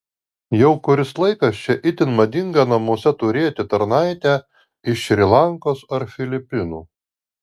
jau kuris laikas čia itin madinga namuose turėti tarnaitę iš šri lankos ar filipinų